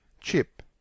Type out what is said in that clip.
chip